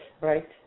right